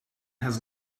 has